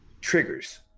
triggers